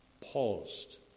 paused